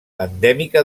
endèmica